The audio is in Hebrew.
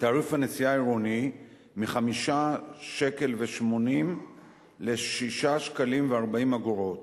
תעריף הנסיעה העירוני מ-5.8 שקלים ל-6.4 שקלים,